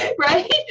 right